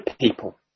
people